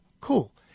cool